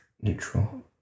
Neutral